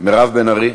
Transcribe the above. מירב בן ארי,